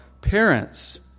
parents